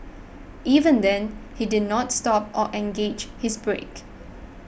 even then he did not stop or engaged his brake